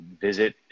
visit